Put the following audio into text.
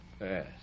Yes